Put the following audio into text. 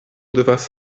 devas